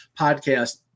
podcast